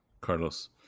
Carlos